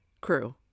crew